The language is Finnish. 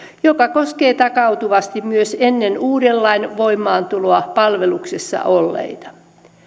joka koskee takautuvasti myös ennen uuden lain voimaantuloa palveluksessa olleita